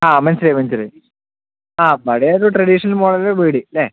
ആ മനസിലായി മനസിലായി ആ പഴയൊരു ട്രഡീഷണൽ മോഡലിലെ വീട് അല്ലേ